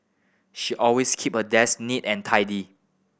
she always keep her desk neat and tidy